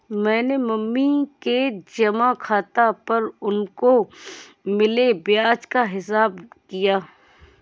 मैंने मम्मी के जमा खाता पर उनको मिले ब्याज का हिसाब किया